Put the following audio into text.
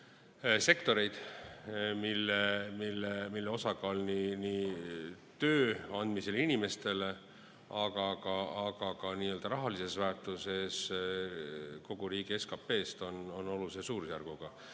sektoreid, mille osakaal nii töö andmisel inimestele, aga ka rahalises väärtuses kogu riigi SKP‑s on olulise suurusjärguga.